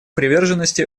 приверженности